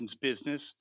business